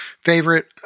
favorite